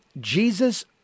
Jesus